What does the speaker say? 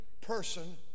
person